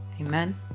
amen